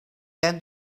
end